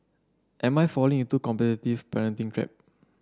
am I falling into the competitive parenting trap